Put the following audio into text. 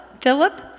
Philip